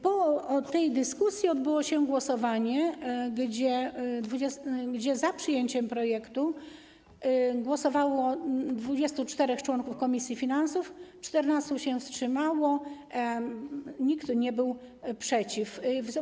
Po tej dyskusji odbyło się głosowanie, gdzie za przyjęciem projektu głosowało 24 członków komisji finansów, 14 się wstrzymało, nikt nie był przeciw.